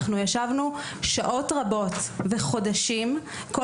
אנחנו ישבנו שעות רבות וחודשים כל